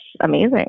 amazing